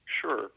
Sure